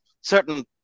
certain